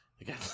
Again